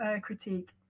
critique